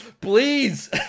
Please